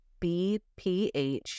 BPH